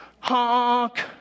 honk